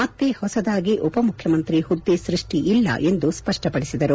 ಮತ್ತೆ ಹೊಸದಾಗಿ ಉಪ ಮುಖ್ಯಮಂತ್ರಿ ಹುದ್ದೆ ಸೃಷ್ಠಿ ಇಲ್ಲ ಎಂದು ಸ್ಪಷ್ಟಪಡಿಸಿದರು